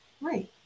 Right